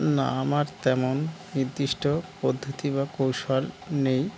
না আমার তেমন নির্দিষ্ট পদ্ধতি বা কৌশল নেই